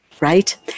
right